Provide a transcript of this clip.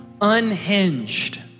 unhinged